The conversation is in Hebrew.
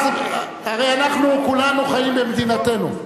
הרי אנחנו כולנו חיים במדינתנו.